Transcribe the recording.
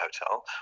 hotel